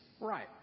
right